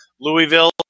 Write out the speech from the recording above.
Louisville